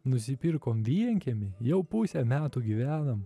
nusipirkom vienkiemį jau pusę metų gyvenam